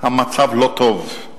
המצב לא טוב.